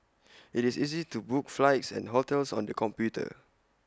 IT is easy to book flights and hotels on the computer